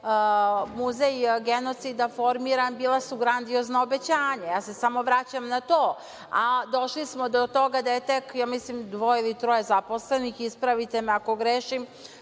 Muzej genocida formiran, bila su grandiozna obećanja. Ja se samo vraćam na to, a došli smo do toga da je tek, ja mislim dvoje ili troje zaposlenih, ispravite me ako grešim,